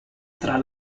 tra